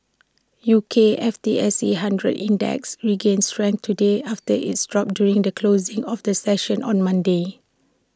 U K's F T S E hundred index regained strength today after its drop during the closing of the session on Monday